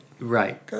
Right